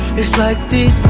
its like these